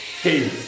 Hey